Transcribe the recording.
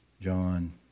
John